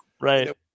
Right